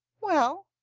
well,